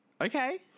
Okay